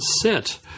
sit